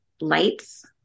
lights